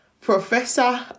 professor